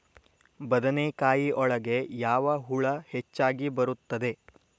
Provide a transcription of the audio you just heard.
ಬದನೆಕಾಯಿ ಒಳಗೆ ಯಾವ ಹುಳ ಹೆಚ್ಚಾಗಿ ಬರುತ್ತದೆ?